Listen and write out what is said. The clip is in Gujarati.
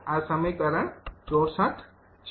આ સમીકરણ ૬૪ છે